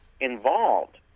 involved